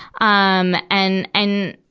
um and, and,